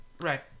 Right